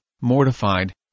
mortified